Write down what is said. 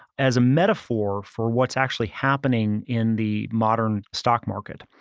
as a metaphor for what's actually happening in the modern stock market.